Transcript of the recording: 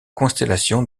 constellation